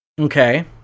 Okay